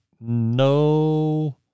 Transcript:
no